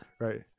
right